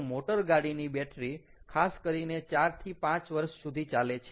તો મોટરગાડીની બેટરી ખાસ કરીને 4 5 વર્ષ સુધી ચાલે છે